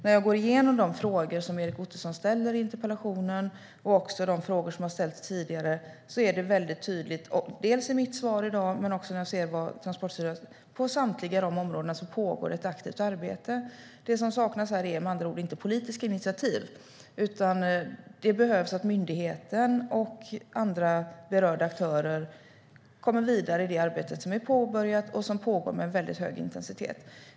När jag går igenom de frågor som Erik Ottoson ställer i interpellationen och de frågor som har ställts tidigare ser jag att samtliga handlar om områden där det pågår ett aktivt arbete. Det som saknas är med andra ord inte politiska initiativ. Det behövs att myndigheten och berörda aktörer kommer vidare i det arbete som nu pågår med hög intensitet.